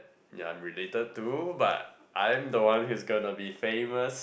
yeah I'm related to but I'm the one who's gonna be famous